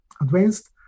Advanced